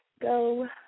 go